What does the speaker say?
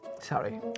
sorry